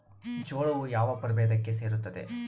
ಜೋಳವು ಯಾವ ಪ್ರಭೇದಕ್ಕೆ ಸೇರುತ್ತದೆ?